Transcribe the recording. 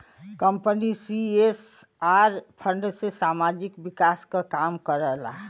company CSR fund से सामाजिक विकास क काम करला